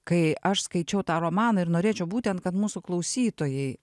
kai aš skaičiau tą romaną ir norėčiau būtent kad mūsų klausytojai